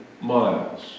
miles